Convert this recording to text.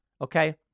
Okay